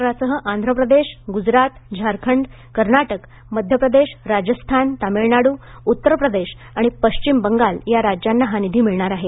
महाराष्ट्रासह आंध्र प्रदेश गुजरात झारखंड कर्नाटक मध्य प्रदेश राजस्थान तमिळनाडू उत्तर प्रदेश आणि पश्चिम बंगाल या राज्यांना हा निधी मिळणार आहे